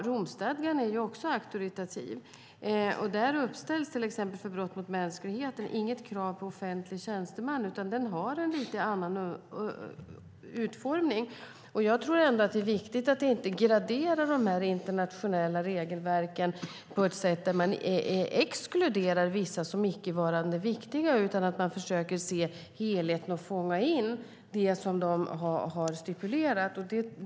Romstadgan är ju också auktoritativ. I den uppställs inget krav på offentlig tjänsteman för till exempel brott mot mänskligheten, utan den har en lite annorlunda utformning. Jag tror att det är viktigt att inte gradera de internationella regelverken på ett sätt som exkluderar vissa som icke varande viktiga, utan att man försöker se helheten och fånga in det som regelverken har stipulerat.